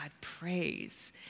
praise